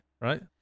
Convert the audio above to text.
Right